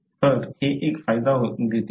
तर हे एक फायदा देते